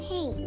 Hey